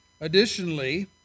Additionally